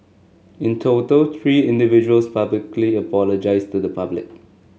in total three individuals publicly apologised to the public